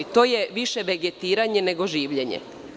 To je više vegetiranje nego življenje.